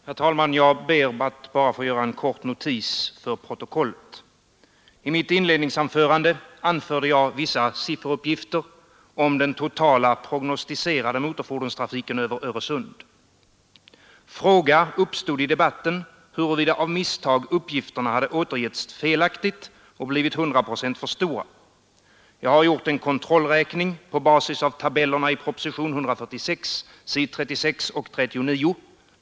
Herr talman! Jag ber att bara få göra en kort notis för protokollet. I mitt inledninganförande anförde jag vissa sifferuppgifter om den totala prognostiserade motortrafiken över Öresund. Fråga uppstod i debatten huruvida av misstag uppgifterna hade återgetts felaktigt och blivit 100 procent för stora. Jag har gjort en kontrollräkning på basis av tabellerna i propositionen 146, s. 36 och 39.